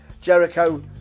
Jericho